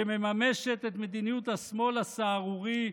שמממשת את מדיניות השמאל הסהרורי,